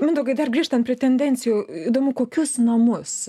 mindaugai dar grįžtant prie tendencijų įdomu kokius namus